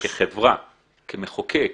-- כמחוקק,